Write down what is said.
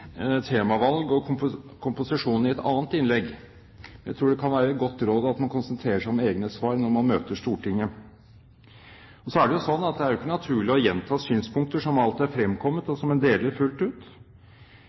temavalg og komposisjon i et annet innlegg, men jeg tror det kan være et godt råd at man konsentrerer seg om egne svar når man møter Stortinget. Det er jo heller ikke naturlig å gjenta synspunkter som alt er fremkommet,